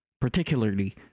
Particularly